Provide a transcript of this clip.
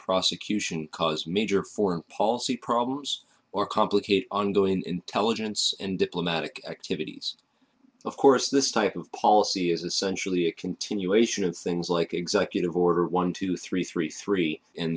prosecution cause major foreign policy problems or complicate ongoing intelligence and diplomatic activities of course this type of policy is essentially a continuation of things like executive order one two three three three and